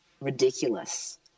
ridiculous